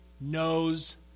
knows